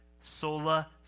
Sola